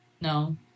no